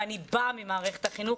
ואני באה ממערכת החינוך,